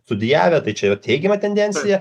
studijavę tai čia yra teigiama tendencija